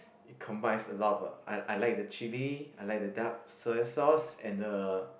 it combines a lot of I I like the chilli I like the dark soya sauce and the